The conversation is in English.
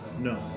No